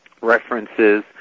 references